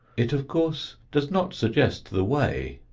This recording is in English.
it of course does not suggest the way,